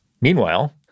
Meanwhile